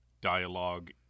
dialogue